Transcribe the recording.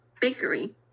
bakery